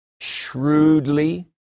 shrewdly